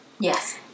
Yes